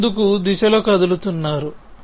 మీరు ముందుకు దిశలో కదులుతున్నారు